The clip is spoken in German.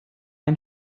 ein